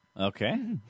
Okay